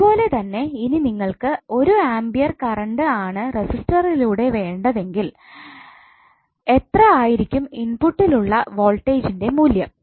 ഇതുപോലെതന്നെ ഇനി നിങ്ങൾക്ക് ഒരു ആമ്പിയർ കറണ്ട് ആണ് റെസിസ്റ്ററിലൂടെ വേണ്ടതെങ്കിൽ എത്ര ആയിരിക്കും ഇൻപുട്ട്ലുള്ള വോൾടേജ്ന്റെ മൂല്യം